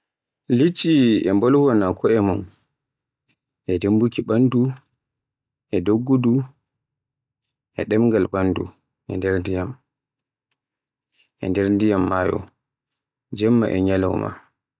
Liɗɗi e mbolwaana ko'e mum e dumbuki ɓandu, e doggudu, e ɗemgal ɓandu e nder ndiyam, e nder ndiyam maayo, jemma e nyalauma.